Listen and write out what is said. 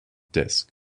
disc